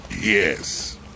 Yes